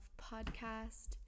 podcast